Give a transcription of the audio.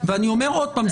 אני אומר עוד פעם,